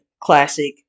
classic